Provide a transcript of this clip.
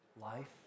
life